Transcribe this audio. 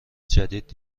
جدید